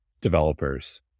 developers